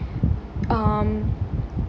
um